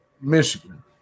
Michigan